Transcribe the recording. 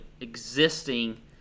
existing